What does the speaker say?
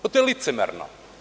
Pa, to je licemerno.